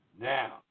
now